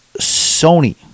Sony